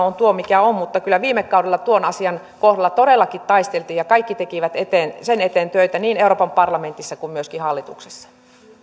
on tuo mikä on mutta kyllä viime kaudella tuon asian kohdalla todellakin taisteltiin ja kaikki tekivät sen eteen töitä niin euroopan parlamentissa kuin myöskin hallituksessa